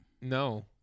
No